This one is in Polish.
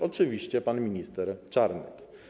Oczywiście pan minister Czarnek.